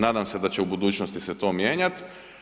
Nadam se da će u budućnosti se to mijenjat.